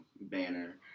banner